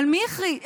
אבל מי הכריז?